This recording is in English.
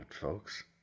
folks